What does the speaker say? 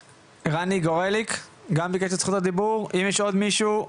רני גורליק שגם ביקש את זכות הדיבור ואם יש עוד מישהו?